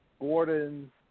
Gordon